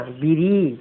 biri